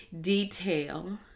detail